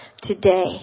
Today